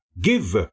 Give